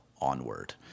Onward